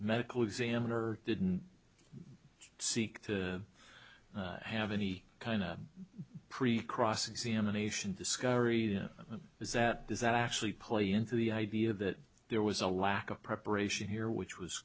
medical examiner didn't seek to have any kind of brief cross examination discovery is that does that actually play into the idea that there was a lack of preparation here which was